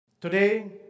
Today